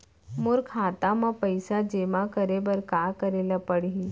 मोर खाता म पइसा जेमा करे बर का करे ल पड़ही?